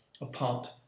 apart